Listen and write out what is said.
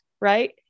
right